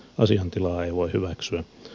asiantilaa ei voi hyväksyä